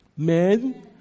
Men